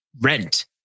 rent